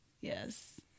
Yes